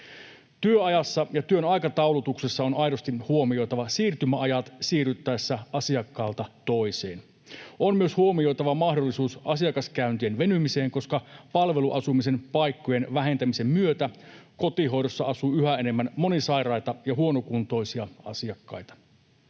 Työajassa ja työn aikataulutuksessa on aidosti huomioitava siirtymäajat siirryttäessä asiakkaalta toiselle. On myös huomioitava mahdollisuus asiakaskäyntien venymiseen, koska palveluasumisen paikkojen vähentämisen myötä kotihoidossa asuu yhä enemmän monisairaita ja huonokuntoisia asiakkaita.